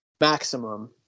maximum